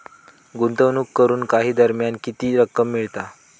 गुंतवणूक करून काही दरम्यान किती रक्कम मिळता?